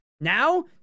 Now